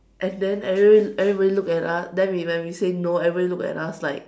and then every everybody look at us then when we say no then everybody look at us like